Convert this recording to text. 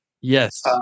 Yes